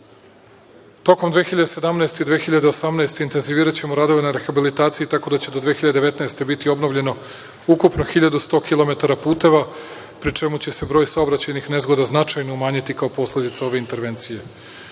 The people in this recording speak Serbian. i 2018. godine intenziviraćemo radove na rehabilitaciji tako da će do 2019. godine biti obnovljeno ukupno 1100 kilometara puteva, pri čemu će se broj saobraćajnih nezgoda značajno umanjiti kao posledica ove intervencije.U